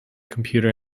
computer